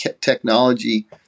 technology